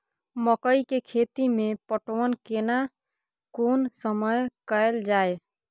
मकई के खेती मे पटवन केना कोन समय कैल जाय?